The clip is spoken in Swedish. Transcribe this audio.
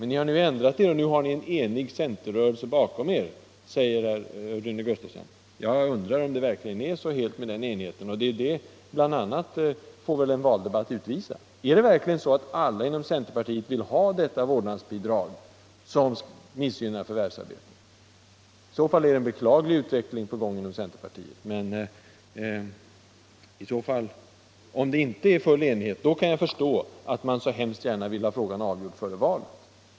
Men ni har nu ändrat er och har en enig centerrörelse bakom er, säger Rune Gustavsson. Jag undrar om det verkligen är så helt med den enigheten. BI. a. det får väl en valdebatt utvisa. Är det verkligen så att alla inom centerpartiet vill ha detta vårdnadsbidrag, som missgynnar förvärvsarbete? I så fall har det skett en beklaglig utveckling i centerpartiet. Om det inte är full enighet, kan jag förstå att man så hemskt gärna vill ha frågan avgjord före valet.